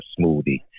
smoothie